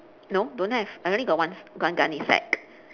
no don't have I only got one one gunnysack